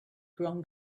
grown